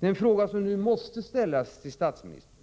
Den fråga som nu måste ställas till statsministern